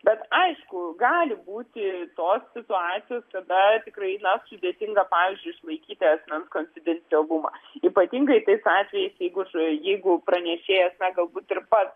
bet aišku gali būti tos situacijos kada tikrai na sudėtinga pavyzdžiui išlaikyti asmens konfidencialumą ypatingai tais atvejais jeigu jeigu pranešėjas na galbūt ir pats